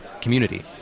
community